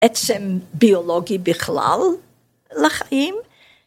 ‫עצם ביולוגי בכלל לחיים.